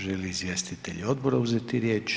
Želi li izvjestitelj odbora uzeti riječ?